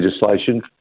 legislation